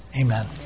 Amen